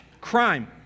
crime